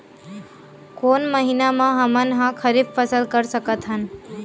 कोन महिना म हमन ह खरीफ फसल कर सकत हन?